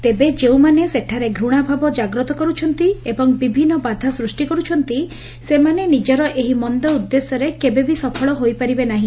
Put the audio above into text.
ତେବେ ଯେଉଁମାନେ ସେଠାରେ ଘୁଣାଭାବ ଜାଗ୍ରତ କରୁଛନ୍ତି ଏବଂ ବିଭିନ୍ନ ବାଧା ସୃଷ୍ି କରୁଛନ୍ତି ସେମାନେ ନିଜର ଏହି ମନ୍ଦ ଉଦ୍ଦେଶ୍ୟରେ କେବେବି ସଫଳ ହୋଇପାରିବେ ନାହି